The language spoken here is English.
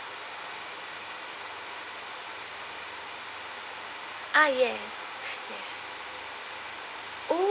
ah yes yes oh